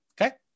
Okay